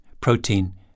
protein